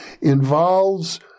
involves